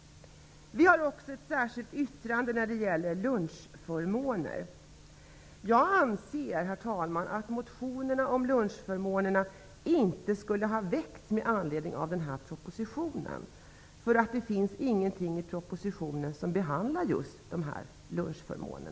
Vi har också ett särskilt yttrande när det gäller lunchförmåner. Jag anser, herr talman, att motionerna om lunchförmåner inte skulle ha väckts med anledning av den här propositionen. Det finns inget i propositionen som behandlar just lunchförmåner.